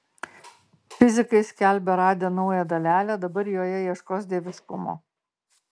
fizikai skelbia radę naują dalelę dabar joje ieškos dieviškumo